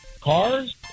cars